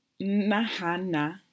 Nahana